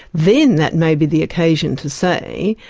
then that may be the occasion to say,